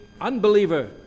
unbeliever